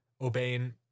obeying